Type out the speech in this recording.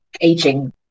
aging